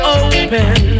open